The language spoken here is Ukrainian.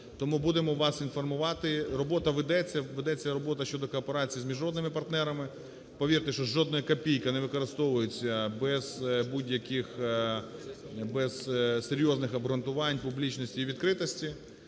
Тому будемо вас інформувати. Робота ведеться, ведеться робота щодо кооперації з міжнародними партнерами. Повірте, що жодної копійки не використовується без будь-яких без серйозних обґрунтувань публічності і відкритості.